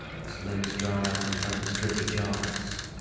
its limbs drawn up in front of its dripping jaws.